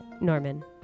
Norman